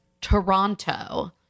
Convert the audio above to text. Toronto